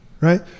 right